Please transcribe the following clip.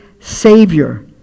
Savior